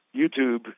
YouTube